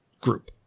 group